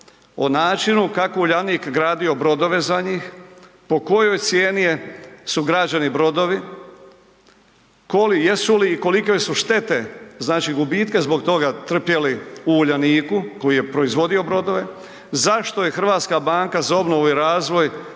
o načinu kako je Uljanik gradio brodove za njih, po kojoj cijeni su građeni brodovi, jesu li i kolike su štete, znači gubitke zbog toga trpjeli u Uljaniku koji je proizvodio brodove? Zašto je Hrvatska banka za obnovu i razvoj